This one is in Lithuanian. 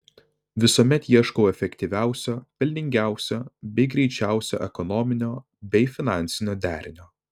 visuomet ieškau efektyviausio pelningiausio bei greičiausio ekonominio bei finansinio derinio